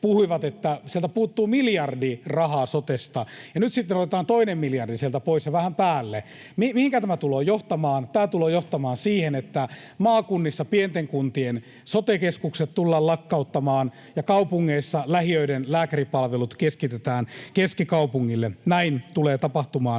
puhuivat, että sieltä puuttuu miljardi rahaa sotesta, ja nyt sitten otetaan toinen miljardi sieltä pois ja vähän päälle. Mihinkä tämä tulee johtamaan? Tämä tulee johtamaan siihen, että maakunnissa pienten kuntien sote-keskukset tullaan lakkauttamaan ja kaupungeissa lähiöiden lääkäripalvelut keskitetään keskikaupungille. Näin tulee tapahtumaan